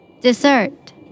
Dessert